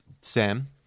Sam